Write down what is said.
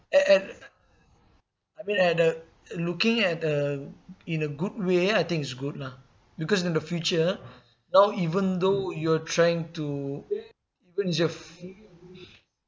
at at I mean at a looking at a in a good way I think it's good lah because in the future now even though you're trying to